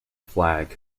flag